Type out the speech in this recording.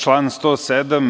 Član 107.